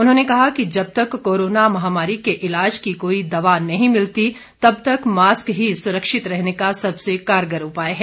उन्होंने कहा कि जब तक कोरोना महामारी के ईलाज की कोई दवा नहीं मिलती तब तक मास्क ही सुरक्षित रहने का सबसे कारगर उपाय हैं